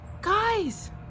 Guys